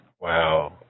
Wow